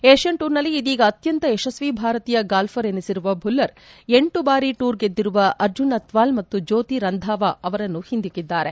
Asian ಟೂರ್ನಲ್ಲಿ ಇದೀಗ ಅತ್ಯಂತ ಯಶಸ್ನಿ ಭಾರತೀಯ ಗಾಲ್ವರ್ ಎನಿಸಿರುವ ಭುಲ್ಲರ್ ಎಂಟು ಬಾರಿ ಟೂರ್ ಗೆದ್ದಿರುವ ಅರ್ಜುನ್ ಅತ್ವಾಲ್ ಮತ್ತು ಜ್ಜೋತಿ ರಂಧಾವಾ ಅವರನ್ನು ಹಿಂದಿಕ್ಕಿದಿದ್ದಾರೆ